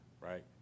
right